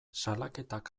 salaketak